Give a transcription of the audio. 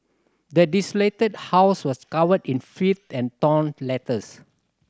the desolated house was covered in filth and torn letters